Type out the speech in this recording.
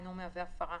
אינו מהווה הפרה.